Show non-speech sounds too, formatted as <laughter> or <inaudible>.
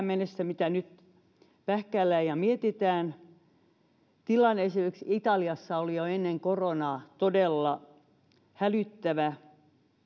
<unintelligible> mennessä nyt pähkäillään ja mietitään ei olisi riittävä tilanne esimerkiksi italiassa oli jo ennen koronaa todella hälyttävä